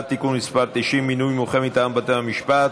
(תיקון מס' 90) (מינוי מומחה מטעם בתי המשפט),